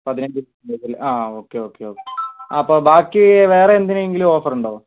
പതിനഞ്ച് മുതൽ ആ ഓക്കെ ഓക്കെ അപ്പോൾ ബാക്കി വേറെയെന്തിനെങ്കിലും ഓഫറുണ്ടോ